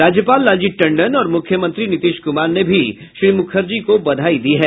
राज्यपाल लालजी टंडन और मुख्यमंत्री नीतीश कुमार ने भी श्री मुखर्जी को बधाई दी है